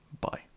Bye